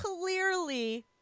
clearly